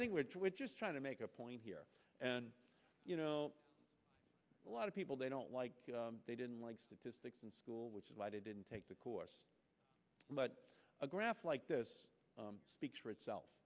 think we're just trying to make a point here and you know a lot of people they don't like they didn't like statistics in school which is why they didn't take the course but a graph like this speaks for